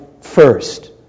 first